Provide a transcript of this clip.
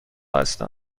هستم